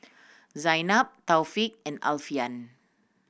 Zaynab Taufik and Alfian